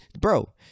bro